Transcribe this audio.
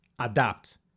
Adapt